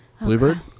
Bluebird